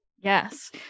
yes